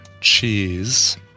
Cheese